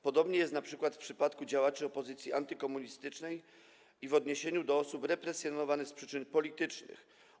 Podobnie jest np. w przypadku działaczy opozycji antykomunistycznej i w odniesieniu do osób represjonowanych z przyczyn politycznych.